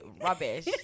rubbish